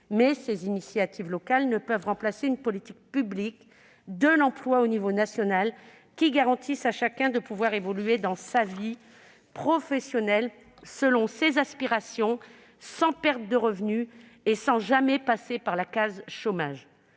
publics ont abandonné, mais ne peuvent remplacer une politique publique de l'emploi à l'échelon national qui garantisse à chacun de pouvoir évoluer dans sa vie professionnelle selon ses aspirations, sans perte de revenu et sans jamais passer par la case « chômage